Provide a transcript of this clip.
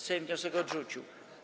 Sejm wniosek odrzucił.